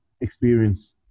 experience